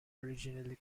originally